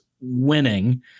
winning